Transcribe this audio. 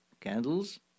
candles